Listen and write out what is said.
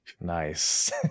Nice